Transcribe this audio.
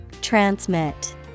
Transmit